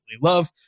love